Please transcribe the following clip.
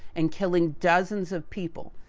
and killing dozens of people.